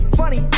funny